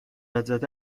زده